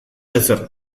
ezer